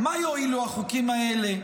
-- מה יועילו החוקים האלה?